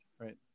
Right